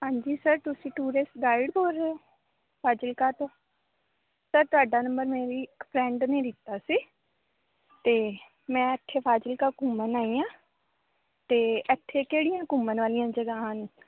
ਹਾਂਜੀ ਸਰ ਤੁਸੀਂ tourist guide ਬੋਲ ਰਹੇ ਹੋ ਫਾਜਿਲਕਾ ਤੋਂ ਸਰ ਤੁਹਾਡਾ ਨੰਬਰ ਮੇਰੀ ਇੱਕ ਫਰੈਂਡ ਨੇ ਦਿੱਤਾ ਸੀ ਅਤੇ ਮੈਂ ਇੱਥੇ ਫਾਜ਼ਿਲਕਾ ਘੁੰਮਣ ਆਈ ਹਾਂ ਅਤੇ ਇੱਥੇ ਕਿਹੜੀਆਂ ਘੁੰਮਣ ਵਾਲੀਆਂ ਜਗ੍ਹਾ ਹਨ